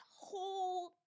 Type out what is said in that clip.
whole